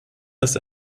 das